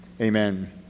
Amen